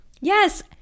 Yes